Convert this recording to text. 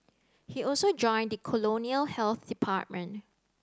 he also joined the colonial health department